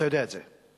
אתה יודע את זה.